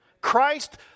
Christ